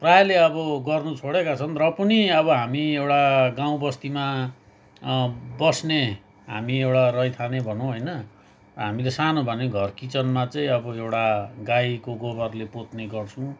प्रायले अब गर्न छोडेका छन् र पनि अब हामी एउटा गाउँ बस्तीमा बस्ने हामी एउटा रैथाने भनौँ होइन हामीले सानो भए पनि घर किचनमा चाहिँ अब एउटा गाईको गोबरले पोत्ने गर्छौँ